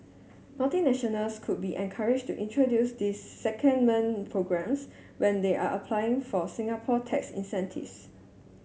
multinationals could be encouraged to introduce these secondment programmes when they are applying for Singapore tax incentives